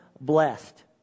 blessed